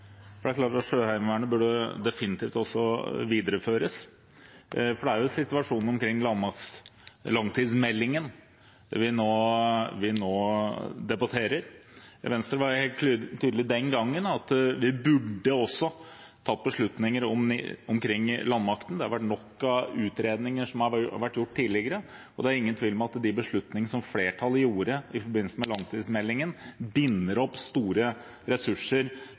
forslaget. Det er klart at Sjøheimevernet definitivt også burde videreføres. Det er en situasjon omkring langtidsmeldingen vi nå debatterer. Venstre var den gangen helt tydelig på at vi burde også tatt beslutninger omkring landmakten. Det har vært gjort nok av utredninger tidligere, og det er ingen tvil om at de beslutningene flertallet gjorde i forbindelse med langtidsmeldingen, binder opp store ressurser